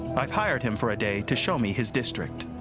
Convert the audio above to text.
i've hired him for a day to show me his district.